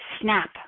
snap